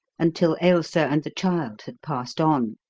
until ailsa and the child had passed on.